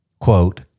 quote